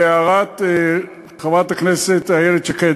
להערת חברת הכנסת איילת שקד,